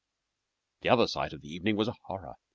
the other sight of the evening was a horror.